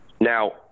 Now